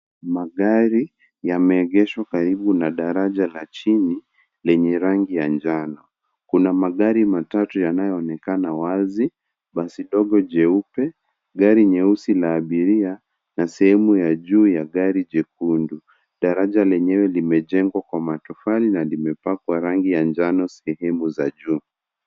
Magari yameegeshwa karibu na daraja la chini ,lenye rangi ya njano. Kuna magari matatu yanayoonekana wazi ,basi dogo jeupe, gari nyeusi la abiria na sehemu ya juu ya gari jekundu. Daraja lenyewe limejengwa kwa matofali na limepakwa rangi ya njano sehemu za juu.